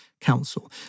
council